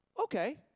Okay